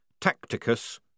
Tacticus